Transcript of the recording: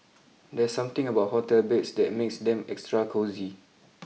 there's something about hotel beds that makes them extra cosy